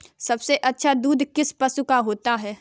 सबसे अच्छा दूध किस पशु का होता है?